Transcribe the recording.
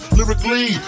lyrically